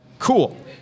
Cool